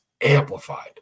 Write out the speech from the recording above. amplified